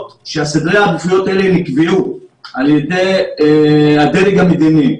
כשסדר העדיפויות האלה נקבעו על ידי הדרג המדיני.